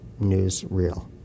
newsreel